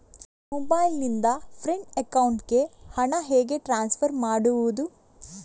Mobile ನಿಂದ friend ಅಕೌಂಟಿಗೆ ಹಣ ಹೇಗೆ ಟ್ರಾನ್ಸ್ಫರ್ ಮಾಡುವುದು?